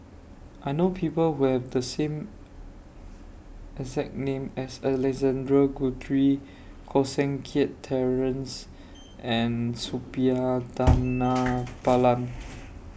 I know People Who Have The same exact name as Alexander Guthrie Koh Seng Kiat Terence and Suppiah Dhanabalan